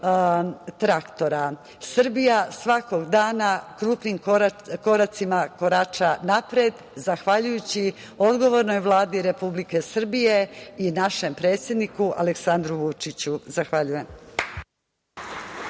traktora. Srbija svakog dana krupnim koracima korača napred zahvaljujući odgovornoj Vladi Republike Srbije i našem predsedniku Aleksandru Vučiću. Zahvaljujem.